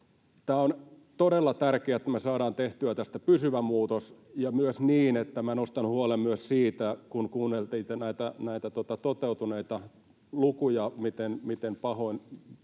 Tämä on todella tärkeää, että me saadaan tehtyä tästä pysyvä muutos ja myös niin — minä nostan huolen myös siitä, kun kuunneltiin näitä toteutuneita lukuja, miten ikäviä